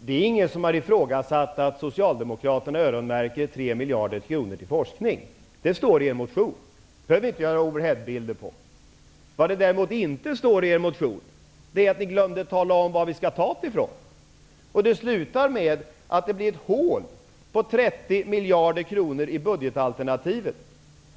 Det är ingen som har ifrågasatt om Socialdemokraterna öronmärker 3 miljarder kronor till forskning -- det står i er motion. Det behöver vi inte göra några overheadbilder av. Vad som däremot inte står i er motion är varifrån vi skall ta de 3 miljarderna. Det slutar med att det blir ett hål på 30 miljarder kronor i ert budgetalternativ.